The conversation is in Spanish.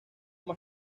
más